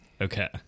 okay